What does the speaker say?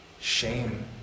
Shame